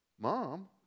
Mom